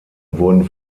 wurden